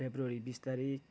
फरवरी बिस तारिक